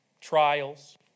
trials